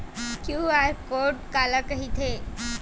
QR code काला कहिथे?